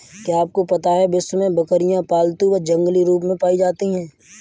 क्या आपको पता है विश्व में बकरियाँ पालतू व जंगली रूप में पाई जाती हैं?